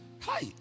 Hi